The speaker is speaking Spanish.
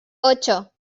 ocho